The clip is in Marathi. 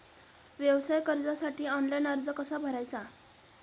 व्यवसाय कर्जासाठी ऑनलाइन अर्ज कसा भरायचा?